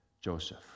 Joseph